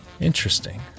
Interesting